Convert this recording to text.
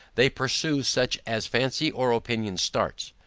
they pursue such as fancy or opinion starts.